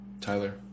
Tyler